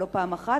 ולא פעם אחת,